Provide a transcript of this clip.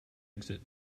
exit